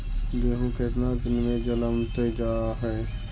गेहूं केतना दिन में जलमतइ जा है?